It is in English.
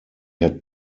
had